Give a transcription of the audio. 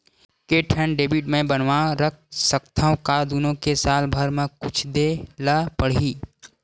के ठन डेबिट मैं बनवा रख सकथव? का दुनो के साल भर मा कुछ दे ला पड़ही?